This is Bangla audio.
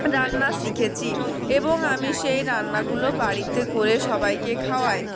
রান্না শিখেছি এবং আমি সেই রান্নাগুলো বাড়িতে করে সবাইকে খাওয়াই